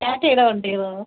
ടാറ്റയുടെ വണ്ടികളോ